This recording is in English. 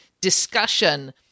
discussion